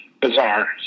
bizarre